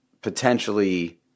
potentially